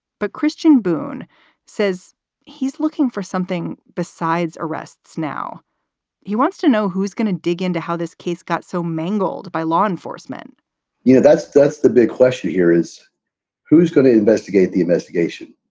but christian boone says he's looking for something besides arrests. now he wants to know who is going to dig into how this case got so mangled by law enforcement you know, that's that's the big question here is who is going to investigate the investigation?